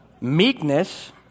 Meekness